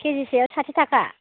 के जि सेयाव साथि थाखा